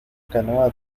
canoa